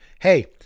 Hey